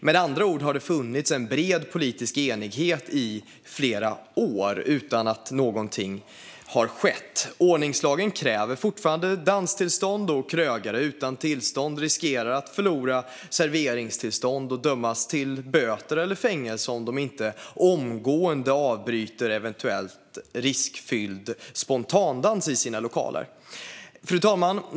Med andra ord har det funnits en bred politisk enighet i flera år utan att någonting har skett. Ordningslagen kräver fortfarande danstillstånd, och krögare utan tillstånd riskerar att förlora serveringstillstånd och dömas till böter eller fängelse om de inte omgående avbryter eventuellt riskfylld spontandans i sina lokaler. Fru talman!